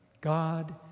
God